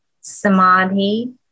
samadhi